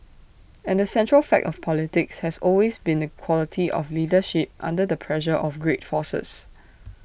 and the central fact of politics has always been the quality of leadership under the pressure of great forces